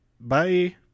Bye